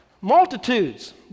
multitudes